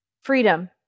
freedom